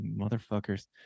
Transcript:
motherfuckers